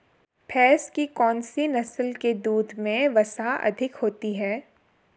भैंस की कौनसी नस्ल के दूध में वसा अधिक होती है?